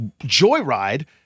joyride